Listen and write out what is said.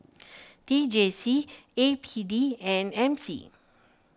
T J C A P D and M C